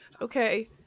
okay